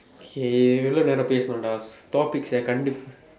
okay எவ்வளவு நேரம் பேசனும்டா:evvalavu neeram peesanumdaa டாப்பிக்ஸ்'ச கண்டு:daappiks'sa kandu